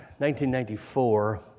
1994